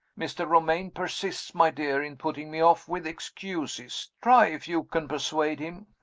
mr. romayne persists, my dear, in putting me off with excuses. try if you can persuade him.